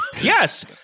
Yes